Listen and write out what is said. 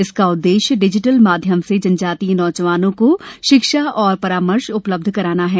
इसका उद्देश्य डिजिटल माध्यम से जनजातीय नौजवानों को शिक्षा और परामर्श उपलब्ध कराना है